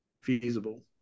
feasible